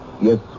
yes